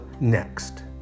Next